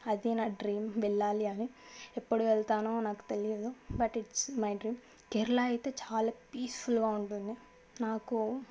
అది నా డ్రీమ్ వెళ్ళాలి అని ఎప్పుడు వెళ్తానో నాకు తెలియదు but it's my dream Kerala అయితే చాలా పీస్ఫుల్గా ఉంటుంది నాకు